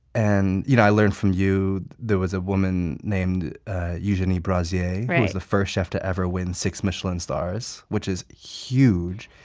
and you know i learned from you there was a woman named eugenie brazier who was the first chef to ever win six michelin stars, which is huge.